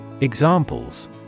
Examples